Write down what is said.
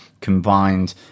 combined